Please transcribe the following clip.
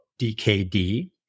DKD